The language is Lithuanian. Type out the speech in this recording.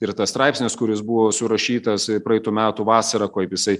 ir tas straipsnis kuris buvo surašytas praeitų metų vasarą kaip jisai